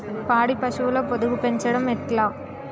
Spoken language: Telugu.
పాడి పశువుల పొదుగు పెంచడం ఎట్లా?